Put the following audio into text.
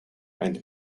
and